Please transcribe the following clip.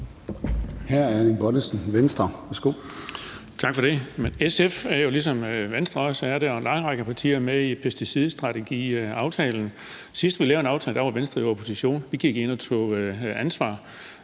Erling Bonnesen (V): Tak for det. SF er jo, ligesom Venstre og en lang række partier også er det, med i pesticidstrategiaftalen. Sidst vi lavede en aftale, var Venstre i opposition. Vi gik ind og tog ansvar.